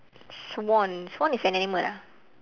swan swan is an animal ah